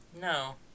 No